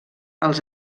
els